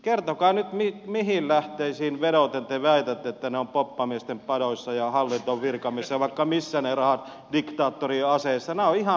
kertokaa nyt mihin lähteisiin vedoten te väitätte että ne rahat ovat poppamiesten padoissa ja hallinnon virkamiehissä ja vaikka missä diktaattorien aseissa